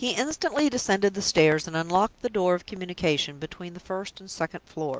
he instantly descended the stairs, and unlocked the door of communication between the first and second floors,